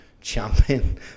champion